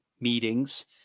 meetings